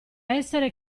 essere